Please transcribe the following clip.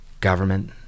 government